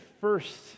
first